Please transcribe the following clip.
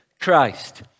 Christ